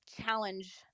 challenge